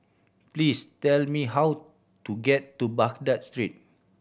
please tell me how to get to Baghdad Street